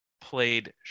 played